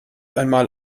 einmal